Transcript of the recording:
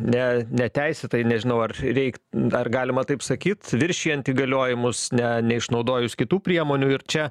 ne neteisėtai nežinau ar reik dar galima taip sakyti viršijant įgaliojimus ne neišnaudojus kitų priemonių ir čia